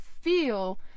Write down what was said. feel